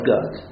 God